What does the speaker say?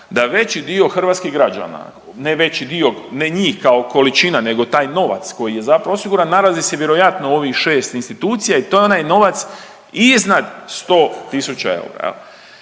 da veći dio hrvatskih građana, ne veći dio, ne njih kao količina nego taj novac koji je zapravo osiguran nalazi se vjerojatno u ovih 6 institucija i to je onaj novac iznad 100 tisuća